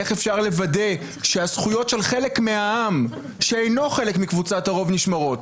אך אפשר לוודא שהזכויות של חלק מהעם - שאינו חלק מקבוצת הרוב - נשמרות?